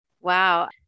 Wow